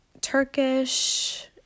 Turkish